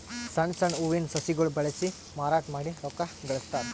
ಸಣ್ಣ್ ಸಣ್ಣ್ ಹೂವಿನ ಸಸಿಗೊಳ್ ಬೆಳಸಿ ಮಾರಾಟ್ ಮಾಡಿ ರೊಕ್ಕಾ ಗಳಸ್ತಾರ್